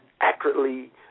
accurately